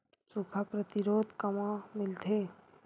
सुखा प्रतिरोध कामा मिलथे?